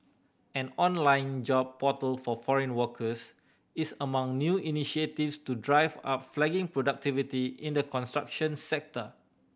an online job portal for foreign workers is among new initiatives to drive up flagging productivity in the construction sector